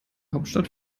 hauptstadt